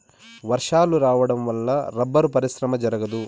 వర్షాలు రావడం వల్ల రబ్బరు పరిశ్రమ జరగదు